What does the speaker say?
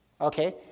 okay